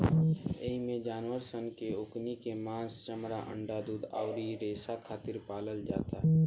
एइमे जानवर सन के ओकनी के मांस, चमड़ा, अंडा, दूध अउरी रेसा खातिर पालल जाला